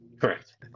correct